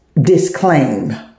disclaim